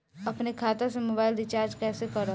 अपने खाता से मोबाइल रिचार्ज कैसे करब?